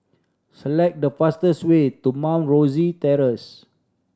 select the fastest way to Mount Rosie Terrace